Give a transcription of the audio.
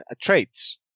traits